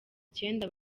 icyenda